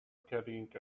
carrying